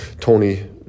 Tony